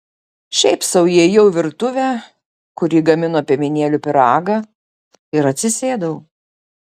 šiaip sau įėjau į virtuvę kur ji gamino piemenėlių pyragą ir atsisėdau